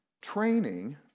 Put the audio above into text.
training